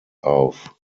auf